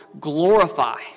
glorify